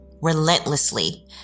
relentlessly